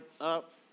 up